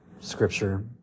scripture